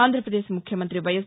ఆంధ్రాపదేశ్ ముఖ్యమంత్రి వైఎస్